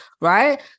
right